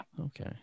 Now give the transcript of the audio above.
okay